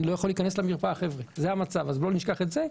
המצב הוא שאני לא יכול להיכנס למרפאה ובואו לא נשכח את זה.